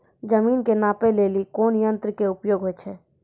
जमीन के नापै लेली कोन यंत्र के उपयोग होय छै?